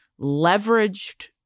leveraged